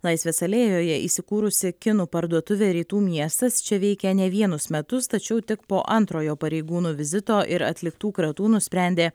laisvės alėjoje įsikūrusi kinų parduotuvė rytų miestas čia veikia ne vienus metus tačiau tik po antrojo pareigūnų vizito ir atliktų kratų nusprendė